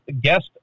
guest